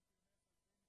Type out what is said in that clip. שוו בנפשכם,